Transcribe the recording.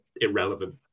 irrelevant